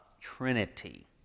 trinity